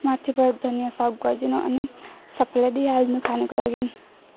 माथिबाट धनिया सर्भ गरिदिनु अनि सबलाई दिइहाल्नु खानको लागि